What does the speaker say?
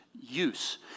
use